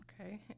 okay